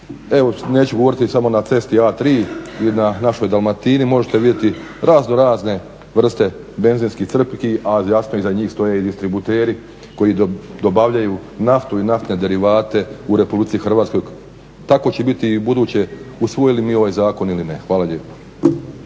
evo neću govoriti samo na cesti A3 i na našoj Dalmatini možete vidjeti razno razne vrste benzinskih crpki, a jasno iza njih stoje i distributeri koji dobavljaju naftu i naftne derivate u Republici Hrvatskoj. Tako će biti i u buduće usvojili mi ovaj zakon ili ne. Hvala lijepo.